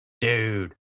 Dude